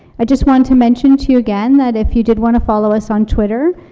i just want to mention to you, again, that if you did want to follow us on twitter,